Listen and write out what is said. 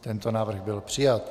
Tento návrh byl přijat.